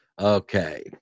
Okay